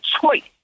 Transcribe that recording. choice